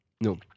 No